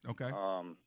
Okay